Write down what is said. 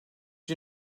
you